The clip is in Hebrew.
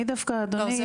אני דווקא --- לא, לא.